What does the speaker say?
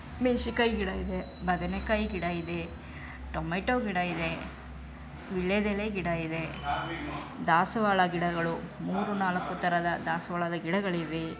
ಮೆಣ್ಸಿನ್ಕಾಯಿ ಗಿಡ ಇದೆ ಬದನೆಕಾಯಿ ಗಿಡ ಇದೆ ಟೊಮೆಟೊ ಗಿಡ ಇದೆ ವೀಳ್ಯದೆಲೆ ಗಿಡ ಇದೆ ದಾಸವಾಳ ಗಿಡಗಳು ಮೂರು ನಾಲ್ಕು ಥರದ ದಾಸವಾಳದ ಗಿಡಗಳಿವೆ